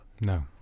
No